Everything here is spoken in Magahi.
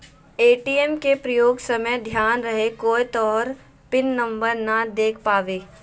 ए.टी.एम के प्रयोग समय ध्यान रहे कोय तोहर पिन नंबर नै देख पावे